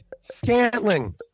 Scantling